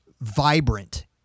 vibrant